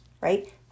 right